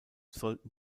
sollten